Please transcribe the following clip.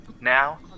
Now